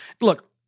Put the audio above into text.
look